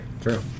True